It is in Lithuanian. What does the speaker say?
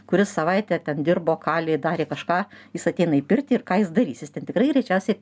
kuris savaitę ten dirbo kalė darė kažką jis ateina į pirtį ir ką jis darys jis ten tikrai greičiausiai